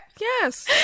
yes